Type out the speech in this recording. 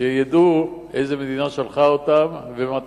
שידעו איזו מדינה שלחה אותם ומה תפקידם.